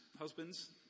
Husbands